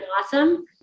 awesome